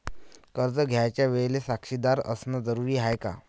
कर्ज घ्यायच्या वेळेले साक्षीदार असनं जरुरीच हाय का?